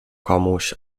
komuś